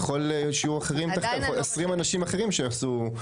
יכול שיהיו אחרים, 20 אנשים אחרים שיעשו.